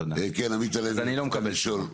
אז אני לא מקבל תשובה?